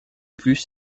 plus